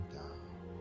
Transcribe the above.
down